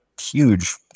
huge